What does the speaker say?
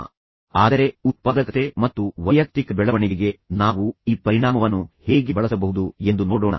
ಆದರೆ ನಂತರ ನಾವು ಈ ಪರಿಣಾಮವನ್ನು ಉತ್ಪಾದಕತೆ ಮತ್ತು ವೈಯಕ್ತಿಕ ಬೆಳವಣಿಗೆಗೆ ಹೇಗೆ ಬಳಸಬಹುದು ಎಂಬುದನ್ನು ನೋಡೋಣ